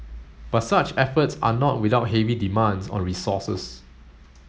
but such efforts are not without heavy demands on resources